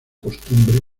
costumbre